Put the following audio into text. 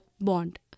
bond